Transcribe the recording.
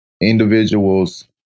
individuals